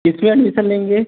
किसमें एडमिसन लेंगे